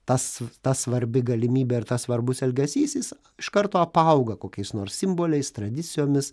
tas ta svarbi galimybė ir tas svarbus elgesys jis iš karto apauga kokiais nors simboliais tradicijomis